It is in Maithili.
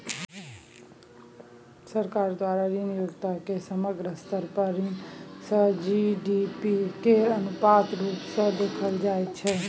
सरकार द्वारा ऋण योग्यता केर समग्र स्तर पर ऋण सँ जी.डी.पी केर अनुपात रुप सँ देखाएल जाइ छै